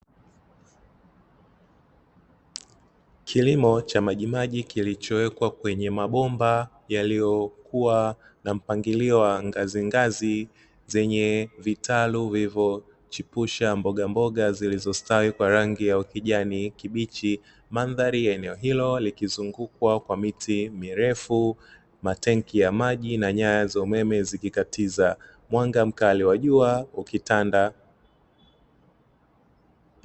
Kilimo cha maji maji kilichowekwa kwenye mabomba yaliyokuwa na mpangilio wa ngazi ngazi, zenye vitalu vilivyo chipusha mboga mboga zilizostawi kwa rangi ya ukijani kibichi. Mandhari ya eneo hilo likizungukwa kwa miti mirefu, matenki ya maji na nyaya za umeme zikikatiza, mwanga mkali wa jua ukitanda.